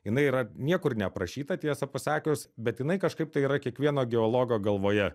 jinai yra niekur neaprašyta tiesą pasakius bet jinai kažkaip tai yra kiekvieno geologo galvoje